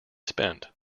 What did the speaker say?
spent